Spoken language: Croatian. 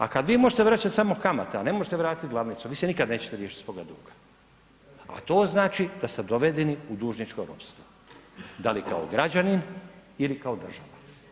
A kada vi možete vraćati samo kamate, a ne možete vratiti glavnicu vi se nikada nećete riješiti svoga duga, a to znači da ste dovedeni u dužničko ropstvo, da li kao građanin ili kao država.